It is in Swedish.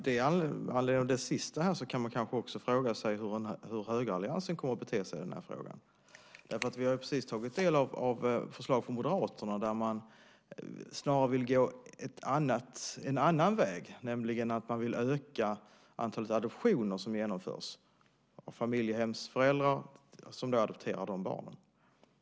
Herr talman! När det gäller det sista, kan man fråga sig hur högeralliansen kommer att bete sig i den här frågan. Vi har precis tagit del av förslag från Moderaterna där man snarare vill gå en annan väg, nämligen att öka antalet adoptioner som genomförs där familjehemsföräldrar adopterar barnen.